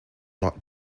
not